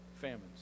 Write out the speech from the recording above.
famines